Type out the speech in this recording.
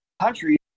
country